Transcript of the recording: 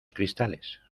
cristales